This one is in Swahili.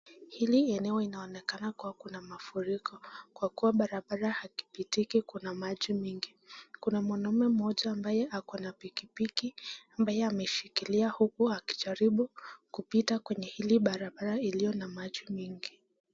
Hili eneo inaonekana kuwa kuna mafuriko kwa kuwa barabara hakipitiki kuna maji mingi. Kuna mwanaume mmoja ambaye ako na pikipiki ambaye ameshikilia huku akijaribu kupita kwenye hili barabara iliyo na maji mingi.